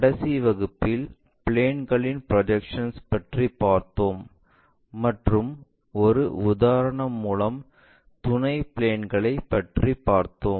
கடைசி வகுப்பில் பிளேன்களின் ப்ரொஜெக்ஷன்ஸ் பற்றி பார்த்தோம் மற்றும் ஒரு உதாரணம் மூலம் துணை பிளேன்களைப் பற்றி பார்த்தோம்